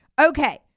Okay